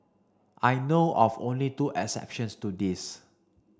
I know of only two exceptions to this